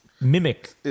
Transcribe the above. mimic